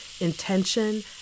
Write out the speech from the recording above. intention